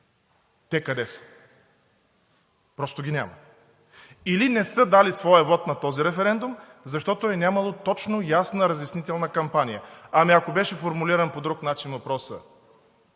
Те къде са? Просто ги няма. Или не са дали своя вот на този референдум, защото е нямало точна и ясна разяснителна кампания. Ами ако беше формулиран по друг начин въпросът: